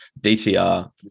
DTR